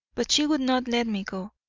but she would not let me go.